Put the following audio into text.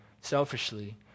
selfishly